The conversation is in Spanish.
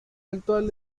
actual